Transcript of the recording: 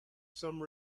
some